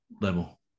level